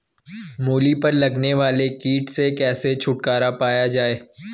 मूली पर लगने वाले कीट से कैसे छुटकारा पाया जाये?